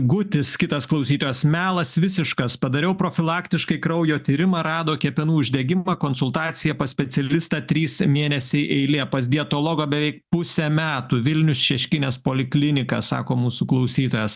gutis kitas klausytojas melas visiškas padariau profilaktiškai kraujo tyrimą rado kepenų uždegimą konsultacija pas specialistą trys mėnesiai eilė pas dietologą beveik pusę metų vilniaus šeškinės poliklinika sako mūsų klausytojas